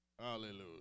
Hallelujah